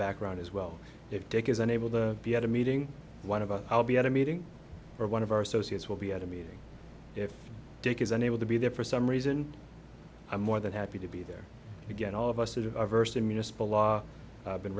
background as well if dick is unable to be at a meeting one of us i'll be at a meeting or one of our associates will be at a meeting if dick is unable to be there for some reason i'm more than happy to be there again all of us that are versed in municipal law been